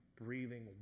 breathing